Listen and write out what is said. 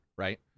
Right